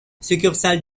succursale